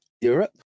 europe